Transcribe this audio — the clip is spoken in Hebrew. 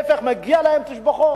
מגיעות להם תשבחות,